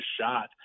shot